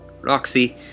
Roxy